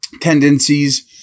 tendencies